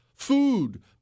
Food